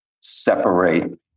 separate